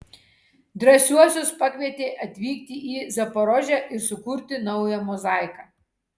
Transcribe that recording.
drąsiuosius pakvietė atvykti į zaporožę ir sukurti naują mozaiką